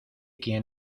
quien